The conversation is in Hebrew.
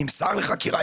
נמסר לחקירה,